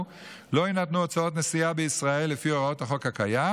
לא יינתנו הוצאות נסיעה בישראל לפי הוראות החוק הקיים,